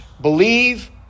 believe